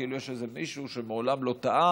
כאילו יש איזה מישהו שמעולם לא טעה,